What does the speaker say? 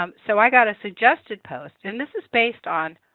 um so i got a suggested post and this is based on